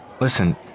listen